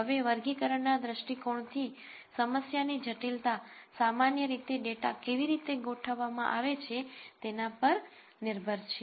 હવે વર્ગીકરણના દૃષ્ટિકોણથી સમસ્યાની જટિલતા સામાન્ય રીતે ડેટા કેવી રીતે ગોઠવવામાં આવે છે તેના પર નિર્ભર છે